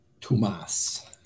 Tomas